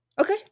Okay